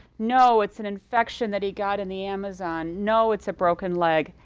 no, it's an infection that he got in the amazon. no, it's a broken leg.